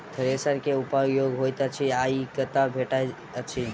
Thresher केँ की उपयोग होइत अछि आ ई कतह भेटइत अछि?